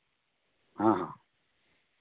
ᱦᱮᱸ